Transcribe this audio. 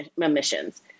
emissions